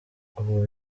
ubu